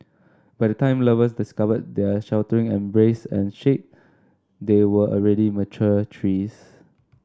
by the time lovers discovered their sheltering embrace and shade they were already mature trees